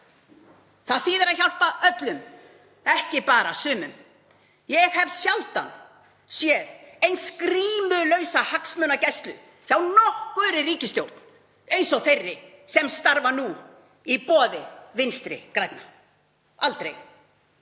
Það þýðir að hjálpa öllum, ekki bara sumum. Ég hef sjaldan séð eins grímulausa hagsmunagæslu hjá nokkurri ríkisstjórn og þeirri sem starfar nú í boði Vinstri grænna, aldrei.